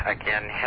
Again